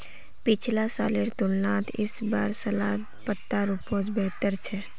पिछला सालेर तुलनात इस बार सलाद पत्तार उपज बेहतर छेक